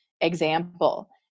example